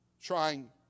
trying